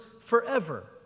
forever